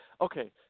Okay